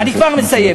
אני כבר מסיים.